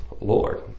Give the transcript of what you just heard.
Lord